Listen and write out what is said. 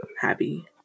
happy